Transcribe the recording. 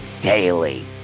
daily